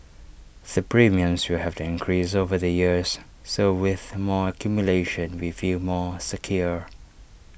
the premiums will have to increase over the years so with more accumulation we feel more secure